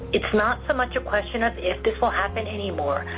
it's not so much a question of if this will happen anymore,